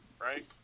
right